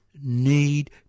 need